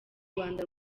rwanda